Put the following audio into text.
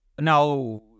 Now